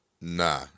Nah